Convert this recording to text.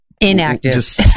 inactive